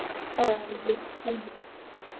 आं जी हांजी